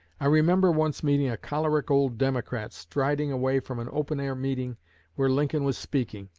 i remember once meeting a choleric old democrat striding away from an open-air meeting where lincoln was speaking,